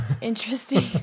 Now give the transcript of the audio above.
interesting